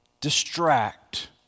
distract